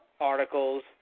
articles